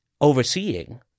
overseeing